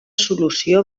solució